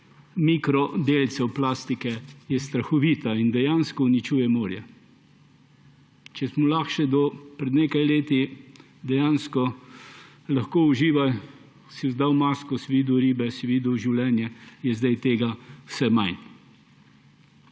mikrodelcev plastike je strahovita in dejansko uničuje morje. Če smo lahko še do pred nekaj leti dejansko uživali, si dal masko, si videl ribe, si videl življenje, je zdaj tega vse manj.